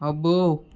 అబ్బో